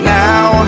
now